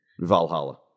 Valhalla